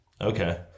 Okay